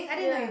yeah